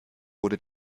wurde